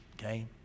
okay